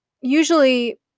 usually